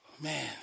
Man